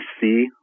see